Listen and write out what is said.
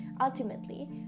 ultimately